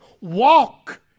walk